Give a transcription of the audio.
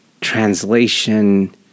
translation